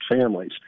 families